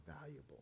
valuable